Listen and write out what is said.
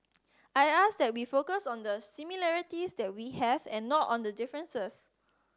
I ask that we focus on the similarities that we have and not on the differences